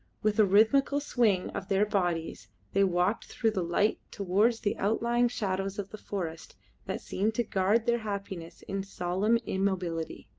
with a rhythmical swing of their bodies they walked through the light towards the outlying shadows of the forests that seemed to guard their happiness in solemn immobility.